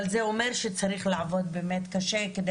אבל זה אומר שצריך לעבוד באמת קשה כדי